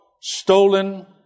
Stolen